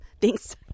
Thanks